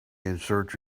insert